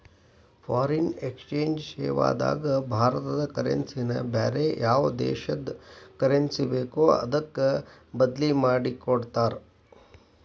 foreign exchange ಸೇವಾದಾಗ ಭಾರತದ currency ನ ಬ್ಯಾರೆ ಯಾವ್ ದೇಶದ್ ಕರೆನ್ಸಿ ಬೇಕೊ ಅದಕ್ಕ ಬದ್ಲಿಮಾದಿಕೊಡ್ತಾರ್